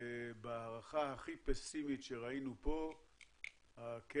בהערכה הכי פסימית שראינו פה היום,